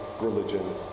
religion